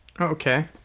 Okay